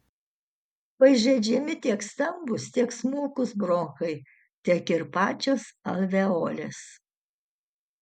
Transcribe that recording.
pažeidžiami tiek stambūs tiek smulkūs bronchai tiek ir pačios alveolės